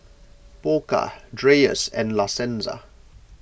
Pokka Dreyers and La Senza